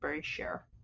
share